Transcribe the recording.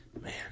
man